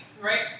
right